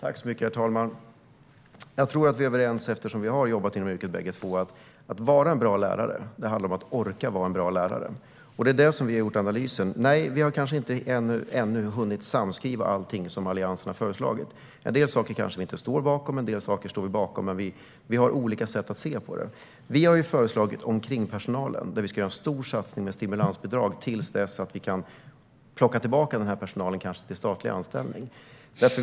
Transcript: Herr talman! Jag tror att vi är överens, eftersom vi har jobbat inom yrket bägge två: Att vara en bra lärare handlar om att orka vara en bra lärare. Vi har gjort en analys. Nej, vi har kanske ännu inte hunnit samskriva allting som Alliansen föreslagit. En del saker kanske vi inte står bakom. En del står vi bakom, men vi har olika sätt att se på det. Vad gäller omkringpersonalen har vi föreslagit en stor satsning med stimulansbidrag till dess att vi kan plocka tillbaka den här personalen, kanske till statlig anställning.